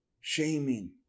shaming